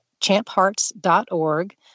champhearts.org